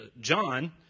John